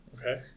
Okay